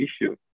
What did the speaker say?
issue